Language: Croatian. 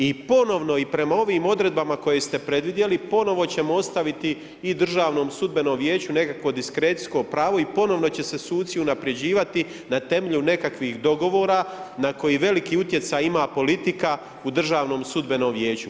I ponovno i prema ovim odredbama koje ste predvidjeli ponovo ćemo ostaviti i Državnom sudbenom vijeću nekakvo diskrecijsko pravo i ponovno će se suci unapređivati na temelju nekakvih dogovora na koji veliki utjecaj ima politika u Državnom sudbenom vijeću.